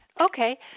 Okay